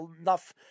enough